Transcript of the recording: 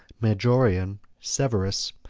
majorian, severus,